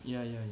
yeah yeah